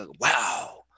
wow